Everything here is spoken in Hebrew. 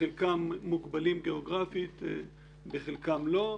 חלקם מוגבלים גיאוגרפית וחלקם לא.